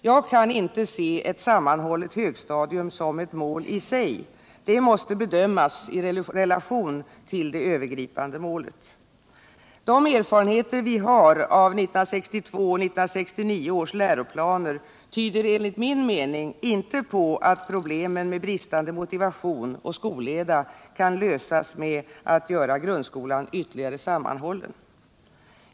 Jag kan inte se ett sammanhållet högstadium som ett mål i sig, utan jag anser att det måste bedömas i relation till det övergripande målet. De erfarenheter vi har fått av 1962 och 1969 års läroplaner tyder enligt min mening inte på att problemen med skolleda och bristande motivation kan lösas genom att grundskolan görs ytterligare sammanhållen.